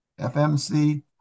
FMC